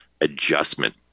adjustment